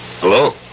Hello